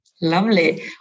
Lovely